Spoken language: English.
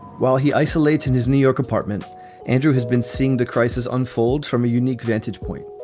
while he isolates in his new york apartment andrew has been seeing the crises unfold from a unique vantage point,